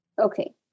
Okay